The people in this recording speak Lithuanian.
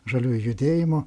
žaliųjų judėjimo